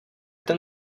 ten